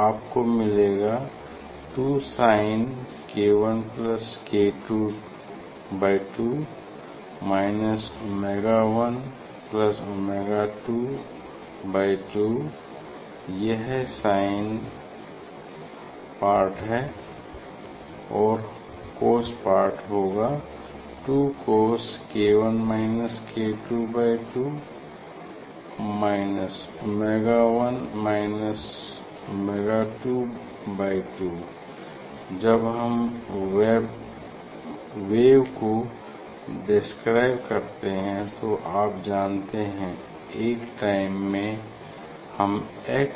आपको मिलेगा 2sink1 k22 omega 1 omega 22 यह साइन पार्ट है और cos पार्ट होगा 2cos2 ओमेगा 1 ओमेगा 22 जब हम वेव को डेस्क्राइब करते हैं तो आप जानते हैं एक टाइम में हम x